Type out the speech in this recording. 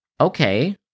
Okay